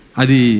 adi